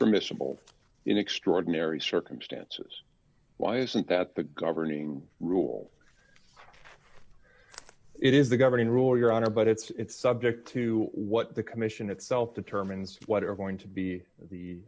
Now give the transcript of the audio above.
the miscible in extraordinary circumstances why isn't that the governing rule it is the governing rule your honor but it's subject to what the commission itself determines what are going to be the